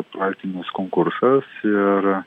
projektinis konkursas ir